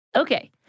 Okay